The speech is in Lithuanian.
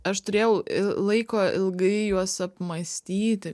aš turėjau laiko ilgai juos apmąstyti